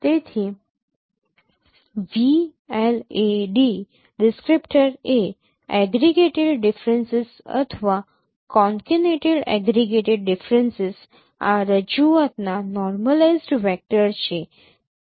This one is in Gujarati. તેથી VLAD ડિસ્ક્રિપ્ટર એ એગ્રિગેટેડ ડીફરન્સિસ અથવા કોન્કેનેટેડ એગ્રિગેટેડ ડીફરન્સિસ આ રજૂઆતના નૉર્મલાઇઝ્ડ વેક્ટર છે